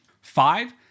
Five